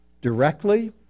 Directly